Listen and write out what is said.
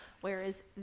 Whereas